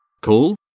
cool